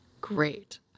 Great